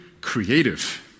creative